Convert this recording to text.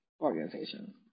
organization